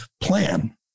plan